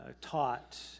taught